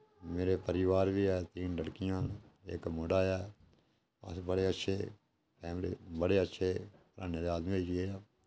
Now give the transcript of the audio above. मेरे परोआर बी है तिन्न लड़कियां इक मुड़ा ऐ अस बड़े अच्छे फैमिली बड़े अच्छे घराने दे आदमी होई गे आं